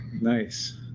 Nice